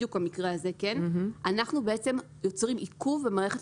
בדיוק המקרה הזה - אנחנו בעצם יוצרים עיכוב במערכת